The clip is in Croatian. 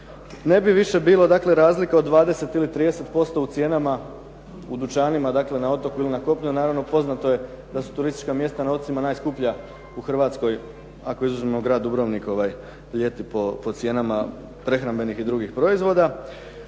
Ne bi više bilo dakle, razlika od 20 ili 30% u cijenama u dućanima, dakle, na otoku ili na kopnu, naravno poznato je da su turistička mjesta na otocima najskuplja u Hrvatskoj ako izuzmemo grad Dubrovnik ljeti po cijenama prehrambenih i drugih proizvoda.